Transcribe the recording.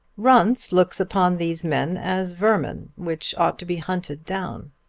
runce looks upon these men as vermin which ought to be hunted down.